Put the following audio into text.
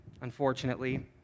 unfortunately